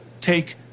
take